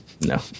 no